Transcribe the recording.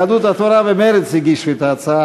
יהדות התורה ומרצ הגישו את ההצעה.